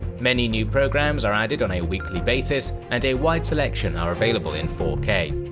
many new programs are added on a weekly basis, and a wide selection are available in four k.